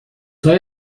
های